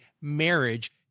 marriage